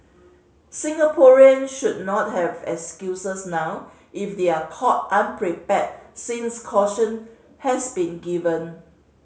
Singaporean should not have excuses now if they are caught unprepared since caution has been given